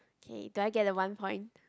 okay do I get the one point